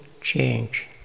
change